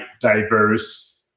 diverse